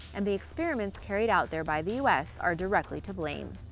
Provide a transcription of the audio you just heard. and the experiments carried out there by the u s. are directly to blame.